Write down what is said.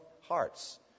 hearts